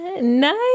Nice